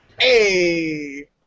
Hey